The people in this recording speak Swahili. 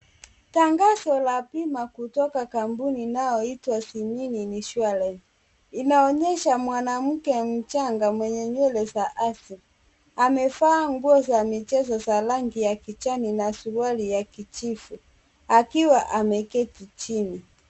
Tangazo la bima kutoka kampuni inayoitwa Shimin insurance. Inaonyesha mwanamke mchanga mwenye nywele za asili. Amevaa nguo za michezo za rangi ya kijani na suruali ya kijivu, akiwa ameketi chini.